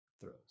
throws